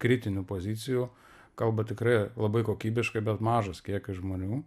kritinių pozicijų kalba tikrai labai kokybiškai bet mažas kiekis žmonių